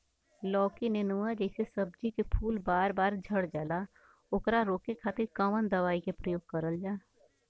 लौकी नेनुआ जैसे सब्जी के फूल बार बार झड़जाला ओकरा रोके खातीर कवन दवाई के प्रयोग करल जा?